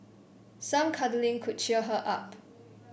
some cuddling could cheer her up